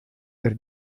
per